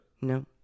No